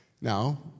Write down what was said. Now